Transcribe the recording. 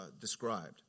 described